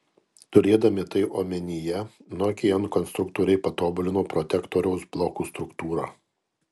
turėdami tai omenyje nokian konstruktoriai patobulino protektoriaus blokų struktūrą